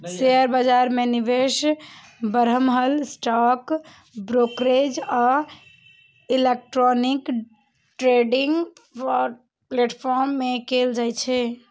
share बाजार मे निवेश बरमहल स्टॉक ब्रोकरेज आ इलेक्ट्रॉनिक ट्रेडिंग प्लेटफॉर्म सं कैल जाइ छै